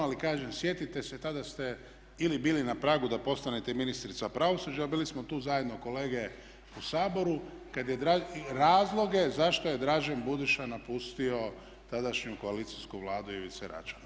Ali kažem, sjetite se tada ste ili bili na pragu da postanete ministrica pravosuđa, bili smo tu zajedno kolege u Saboru kad je razloge zašto je Dražen Budiša napustio tadašnju koalicijsku Vladu Ivice Račana.